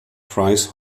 price